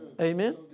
Amen